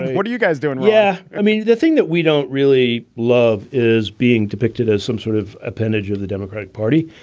what are you guys doing? yeah. i mean, the thing that we don't really love is being depicted as some sort of appendage of the democratic party.